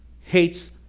hates